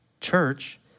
Church